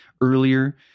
earlier